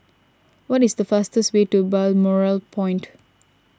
what is the fastest way to Balmoral Point